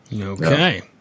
Okay